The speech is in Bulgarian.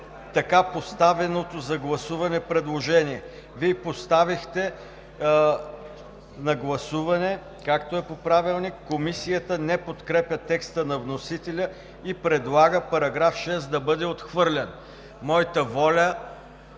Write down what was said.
така поставеното за гласуване предложение. Вие поставихте на гласуване, както е по Правилник – „Комисията не подкрепя текста на вносителя и предлага § 6 да бъде отхвърлен“. Моята воля